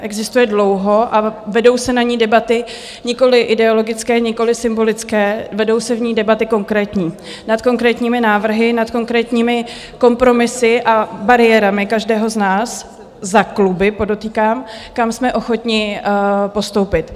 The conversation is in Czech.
Existuje dlouho a vedou se na ní debaty nikoliv ideologické, nikoliv symbolické, vedou se v ní debaty konkrétní, nad konkrétními návrhy, nad konkrétními kompromisy a bariérami každého z nás, za kluby, podotýkám, kam jsme ochotni postoupit.